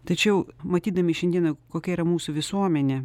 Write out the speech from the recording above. tačiau matydami šiandieną kokia yra mūsų visuomenė